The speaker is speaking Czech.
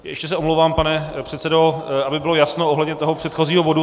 Ještě se omlouvám, pane předsedo, aby bylo jasno ohledně toho předchozího bodu.